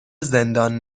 زندان